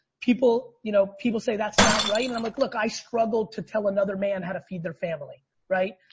people, you know, people say that's not right. and i'm like look, i struggled to tell another man how to feed their family. right?